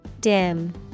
dim